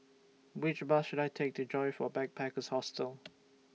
Which Bus should I Take to Joyfor Backpackers' Hostel